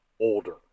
older